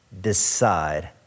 decide